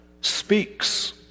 speaks